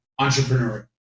entrepreneurial